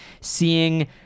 seeing